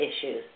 issues